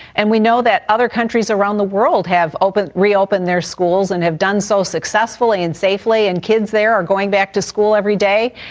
and we know that other countries around the world have opened, reopened their schools and have done so successfully and safely. and kids there are going back to school every day.